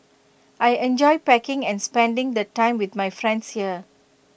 I enjoy packing and spending the time with my friends here